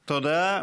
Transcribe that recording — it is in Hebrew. תודה.